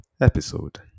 episode